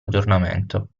aggiornamento